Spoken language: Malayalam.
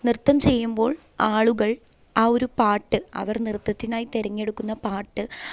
നൃത്തം ചെയ്യുമ്പോൾ ആളുകൾ ആ ഒരു പാട്ട് അവർ നൃത്തത്തിനായി തിരഞ്ഞെടുക്കുന്ന പാട്ട്